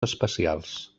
especials